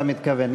אתה מתכוון.